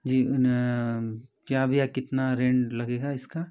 जी उन क्या भैया कितना रेंट लगेगा इसका